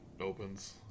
opens